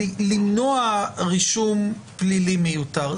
למנוע רישום פלילי מיותר.